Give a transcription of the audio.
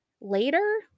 later